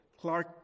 Clark